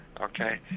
okay